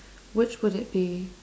which would it be